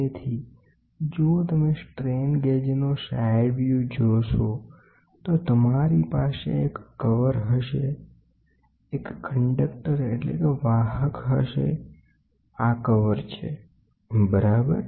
તેથી જો તમે સ્ટ્રેન ગેજનો સાઇડ વ્યૂ જોશો તો તમારી પાસે એક કવર હશે વાહક હશે આ કવર છે બરાબર